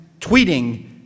tweeting